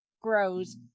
grows